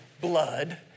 blood